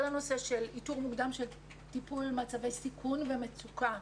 כל הנושא של איתור מוקדם של טיפול במצבי סיכון ומצוקה.